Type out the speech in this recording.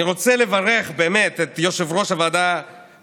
אני רוצה באמת לברך את יושב-ראש ועדת